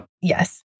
Yes